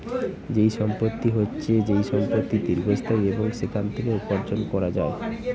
যেই সম্পত্তি হচ্ছে যেই সম্পত্তি দীর্ঘস্থায়ী এবং সেখান থেকে উপার্জন করা যায়